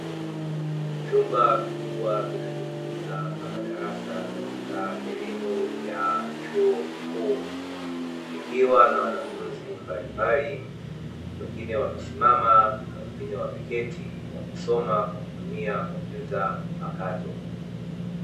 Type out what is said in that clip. Chumba kikubwa kinachotumika kama darasa katika elimu ya chuo kikuu, kikiwa na wanafunzi mbalimbali wengine wamesimama, na wengine wameketi wakisoma kwa kutumia kompyuta mpakato.